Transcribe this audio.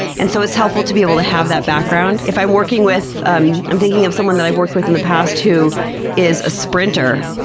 and so it's helpful to be able to have that background. if i'm working with, i'm i'm thinking of someone that i've worked with in the past who is a sprinter,